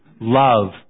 Love